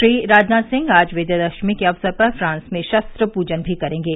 श्री राजनाथ सिंह आज विजयदशमी के अवसर पर फ्रांस में शस्त्र पूजा भी करेंगे